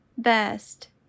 best